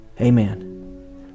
Amen